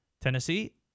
Tennessee